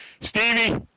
Stevie